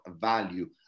value